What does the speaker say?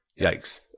yikes